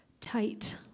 tight